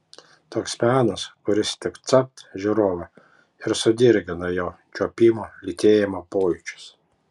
toks menas kuris tik capt žiūrovą ir sudirgina jo čiuopimo lytėjimo pojūčius